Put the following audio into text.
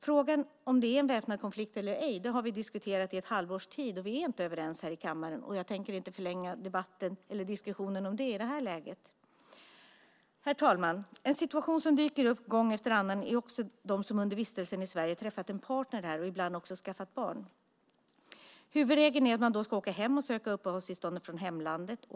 Frågan om det är väpnad konflikt eller ej har vi nu diskuterat i ett halvårs tid, och vi är inte överens här i kammaren. Jag tänker inte förlänga diskussionen om det i det här inlägget. Herr talman! En situation som dyker upp gång efter annan handlar om dem som under vistelsen i Sverige träffat en partner här och ibland också skaffat barn. Huvudregeln är att man då ska åka hem och söka uppehållstillståndet från hemlandet.